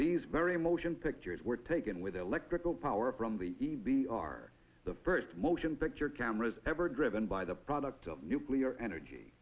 these very motion pictures were taken with electrical power from the e b are the first motion picture cameras ever driven by the product of nuclear energy